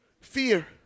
Fear